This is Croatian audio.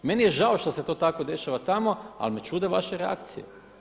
Meni je žao što se to tako dešava tamo, ali me čude vaše reakcije.